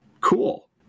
Cool